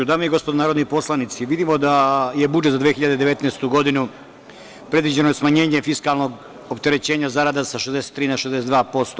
Dame i gospodo narodni poslanici, vidimo da je budžetom za 2019. godinu predviđeno smanjenje fiskalnog opterećenja zarada sa 63% na 62%